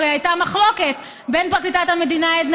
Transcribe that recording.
הרי הייתה מחלוקת בין פרקליטת המדינה עדנה